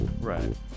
Right